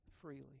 freely